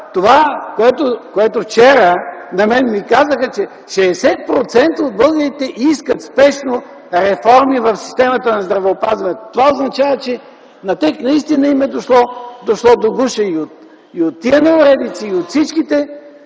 онова, което вчера ми казаха – че 60% от българите искат спешно реформи в системата на здравеопазването. Това означава, че на тях наистина им е дошло до гуша от тези неуредици и от всички